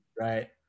Right